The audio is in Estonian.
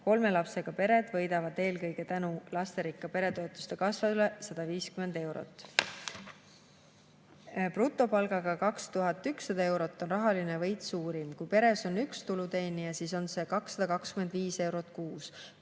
Kolme lapsega pered võidavad eelkõige tänu lasterikka pere toetuse kasvule 150 euro [võrra]. Brutopalgaga 2100 eurot on rahaline võit suurim. Kui peres on üks tulu teenija, siis on see 225 eurot kuus.